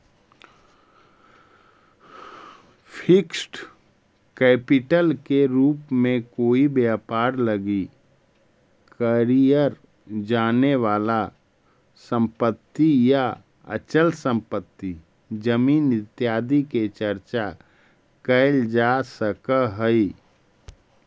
fixed capital के रूप में कोई व्यापार लगी कलियर जाने वाला संपत्ति या अचल संपत्ति जमीन इत्यादि के चर्चा कैल जा सकऽ हई